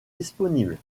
disponibles